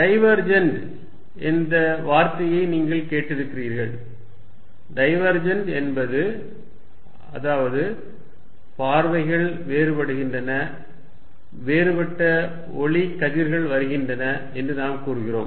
divergent என்ற வார்த்தையை நீங்கள் கேட்டிருக்கிறீர்கள் டைவர்ஜென்ட் என்பது அதாவது பார்வைகள் வேறுபடுகின்றன வேறுபட்ட ஒளி கதிர்கள் வருகின்றன என்று நாம் கூறுகிறோம்